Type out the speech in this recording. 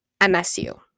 MSU